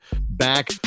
back